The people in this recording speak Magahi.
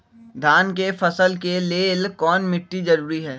धान के फसल के लेल कौन मिट्टी जरूरी है?